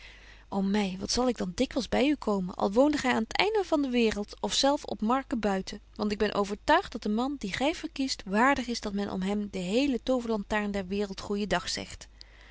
ô my wat zal ik dan dikwyls by u komen al woonde gy aan t einde van de waereld of zelf op marken buiten want ik ben overtuigt dat de man dien gy verkiest waardig is dat men om hem de hele toverlantaarn der waereld goejen dag zegt